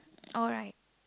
alright